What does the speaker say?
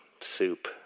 soup